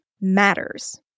matters